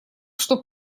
что